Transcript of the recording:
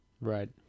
Right